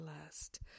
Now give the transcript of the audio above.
blessed